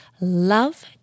love